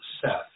Seth